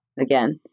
Again